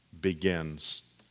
begins